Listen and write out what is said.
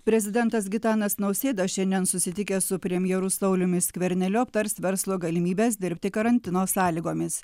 prezidentas gitanas nausėda šiandien susitikęs su premjeru sauliumi skverneliu aptars verslo galimybes dirbti karantino sąlygomis